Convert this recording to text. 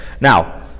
Now